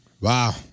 Wow